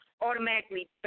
automatically